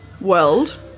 world